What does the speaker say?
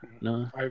No